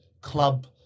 club